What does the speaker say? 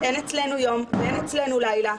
אין אצלנו יום ואין אצלנו לילה.